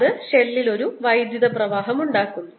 അത് ഷെല്ലിൽ ഒരു വൈദ്യുത പ്രവാഹം ഉണ്ടാക്കുന്നു